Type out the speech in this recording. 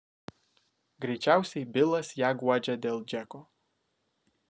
greičiausiai bilas ją guodžia dėl džeko